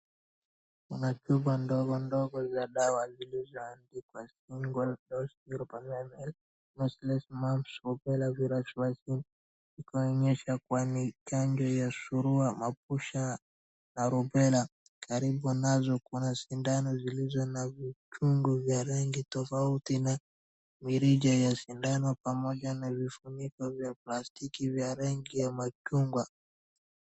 Kuna chupa ndogo ndogo za dawa zilizoandikwa Single dose 0.5 ml, Measles Mumps Rubella virus vaccine , ikionyesha kuwa ni chanjo ya surua, mabusha na rubela. Karibu nazo kuna sindano zilizo na vichungu vya rangi tofauti na mirija ya sindano pamoja na vifuniko vya plastiki vya rangi ya machungwa.